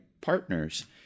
partners